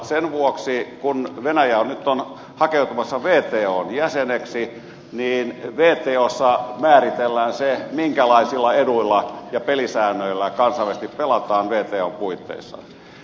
sen vuoksi kun venäjä nyt on hakeutumassa wton jäseneksi wtossa määritellään se minkälaisilla eduilla ja pelisäännöillä pelataan kansainvälisesti wton puitteissa